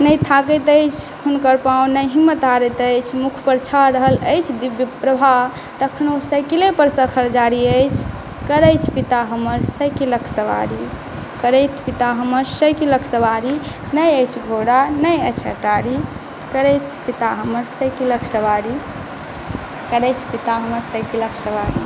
नहि थाकैत अछि हुनकर पाँव नहि हिम्मत हारैत अछि मुखपर छा रहल अछि दिव्य प्रभा तखनो साइकिलेपर सफर जारी अछि करैत छथि पिता हमर साइकिलक सवारी करथि पिता हमर साइकिलक सवारी नहि अछि घोड़ा नहि अछि अटारी करथि पिता हमर साइकिलक सवारी करैत छथि पिता हमर साइकिलक सवारी करैत छथि पिता हमर साइकिलक सवारी